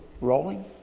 rolling